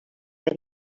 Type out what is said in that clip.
that